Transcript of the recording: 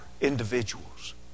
individuals